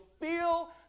feel